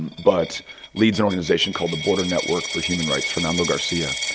but leads an organization called the border network for human rights fernando garcia.